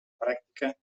pràctica